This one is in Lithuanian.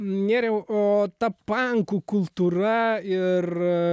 nėriau o ta pankų kultūra ir